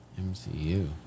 MCU